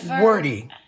Wordy